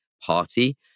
Party